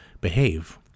behave